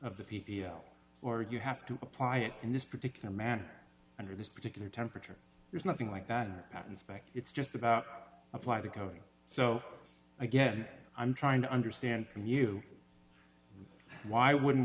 o or you have to apply it in this particular manner under this particular temperature there's nothing like that patents back it's just about apply the covering so again i'm trying to understand from you why wouldn't